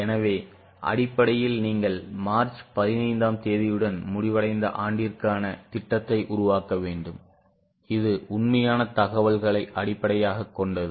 எனவே அடிப்படையில் நீங்கள் மார்ச் 15 ஆம் தேதியுடன் முடிவடைந்த ஆண்டிற்கான திட்டத்தை உருவாக்க வேண்டும் இது உண்மையான தகவல்களை அடிப்படையாகக் கொண்டது